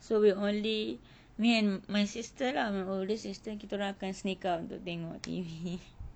so we only me and my sister lah my oldest sister kitaorang akan sneak out untuk tengok T_V